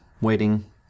waiting